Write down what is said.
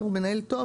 שחר הוא מנהל טוב,